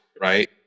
right